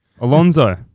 Alonso